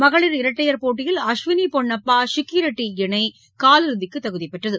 மகளிர் இரட்டையர் போட்டியில் அஸ்வினி பொன்னப்பா ஷிக்கி ரெட்டி இணை காலிறுதிக்கு தகுதி பெற்றது